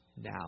Now